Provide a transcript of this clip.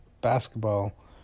basketball